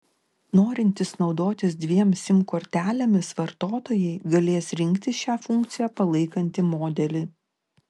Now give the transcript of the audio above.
norintys naudotis dviem sim kortelėmis vartotojai galės rinktis šią funkciją palaikantį modelį